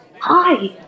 Hi